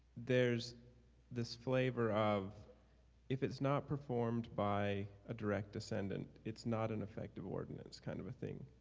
there's this flavor of if it's not performed by a direct descendant, it's not an effective ordinance kind of a thing.